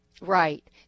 Right